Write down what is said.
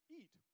eat